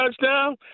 touchdown